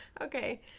Okay